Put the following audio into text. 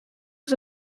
was